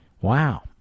Wow